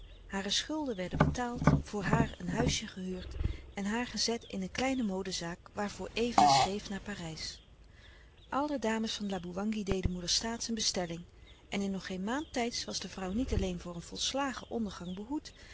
hare schulden werden betaald voor haar een huisje gehuurd en haar gezet in een kleine modezaak waarvoor eva schreef naar parijs alle dames van laboewangi deden moeder staats een bestelling en in nog geen maand tijds was de vrouw niet alleen voor een volslagen ondergang behoed